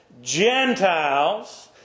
Gentiles